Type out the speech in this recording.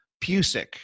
Pusick